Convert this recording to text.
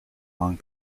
long